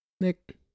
nick